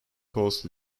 coast